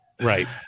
Right